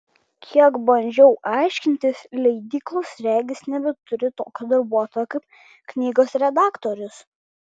kiek bandžiau aiškintis leidyklos regis nebeturi tokio darbuotojo kaip knygos redaktorius